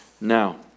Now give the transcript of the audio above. Now